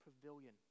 pavilion